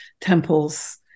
temples